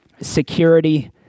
Security